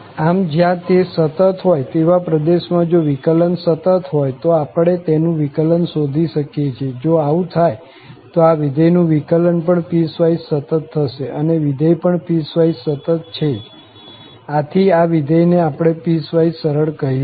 આમ જ્યાં તે સતત હોય તેવા પ્રદેશમાં જો વિકલન સતત હોય તો આપણે તેનું વિકલન શોધી શકીએ છીએ જો આવું થાય તો આ વિધેય નું વિકલન પણ પીસવાઈસ સતત થશે અને વિધેય પણ પીસવાઈસ સતત છે જ આથી આ વિધેય ને આપણે પીસવાઈસ સરળ કહીશું